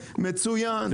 מצוין.